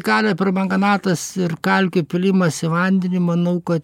kalio permanganatas ir kalkių pylimas į vandenį manau ka